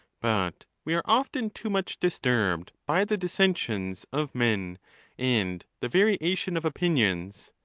but we are often too much disturbed by the dissensions of men and the variation of opinions.